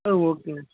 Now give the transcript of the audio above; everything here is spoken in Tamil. ஆ ஓகேங்க